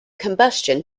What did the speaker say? combustion